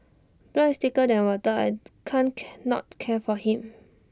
blood is thicker than water I can't not care for him